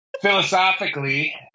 philosophically